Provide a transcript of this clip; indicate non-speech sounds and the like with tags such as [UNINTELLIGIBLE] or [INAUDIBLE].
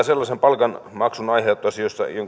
[UNINTELLIGIBLE] sellaisen palkanmaksun aiheuttaisi jossa